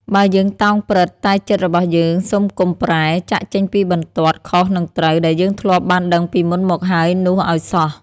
បើ យើងតោង "ព្រឹត្តិ" តែចិត្តរបស់យើង សុំកុំ "ប្រែ" ចាកចេញពីបន្ទាត់ "ខុស និង ត្រូវ" ដែលយើងធ្លាប់បានដឹងពីមុនមកហើយនោះឲ្យសោះ។